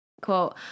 quote